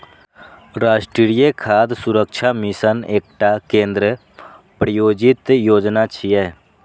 राष्ट्रीय खाद्य सुरक्षा मिशन एकटा केंद्र प्रायोजित योजना छियै